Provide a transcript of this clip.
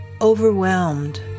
overwhelmed